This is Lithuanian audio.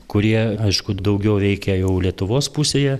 kurie aišku daugiau veikė jau lietuvos pusėje